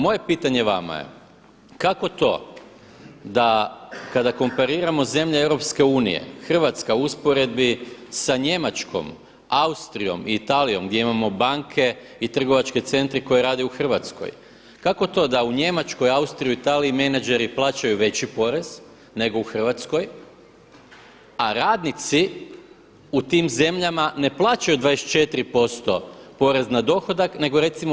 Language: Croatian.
Moje pitanje vama je, kako to da kada kompariramo zemlje EU Hrvatska u usporedbi sa Njemačkom, Austrijom i Italijom gdje imamo banke i trgovačke centre koji rade u Hrvatskoj, kako to da u Njemačkoj, Austriji i Italiji menadžeri plaćaju veći porez nego u Hrvatskoj a radnici u tim zemljama ne plaćaju 24% porez na dohodak, nego recimo u